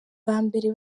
bambere